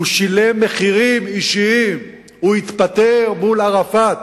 הוא שילם מחירים אישיים, הוא התפטר מול ערפאת